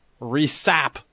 resap